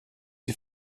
die